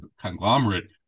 conglomerate